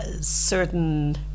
certain